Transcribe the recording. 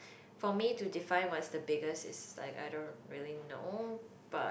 for me to define what's the biggest is like I don't really know but